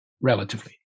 relatively